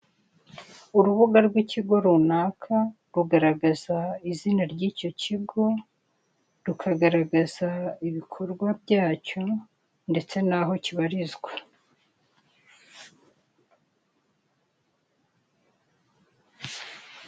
Urubuga rw'ikigo runaka, rugaragaza izina ry'icyo kigo, rukagaragaza ibikorwa byacyo ndetse n'aho kibarizwa.